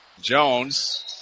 Jones